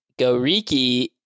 Goriki